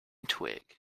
twig